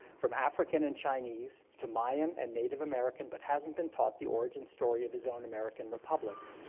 from african and chinese, to mayan and native american, but hasn't been taught the origin story of his own american republic.